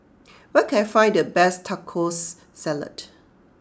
where can I find the best Tacos Salad